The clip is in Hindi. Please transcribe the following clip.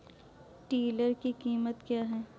टिलर की कीमत क्या है?